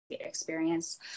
experience